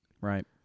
Right